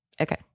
Okay